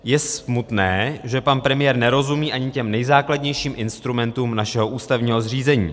Je smutné, že pan premiér nerozumí ani těm nejzákladnějším instrumentům našeho ústavního zřízení.